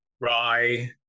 rye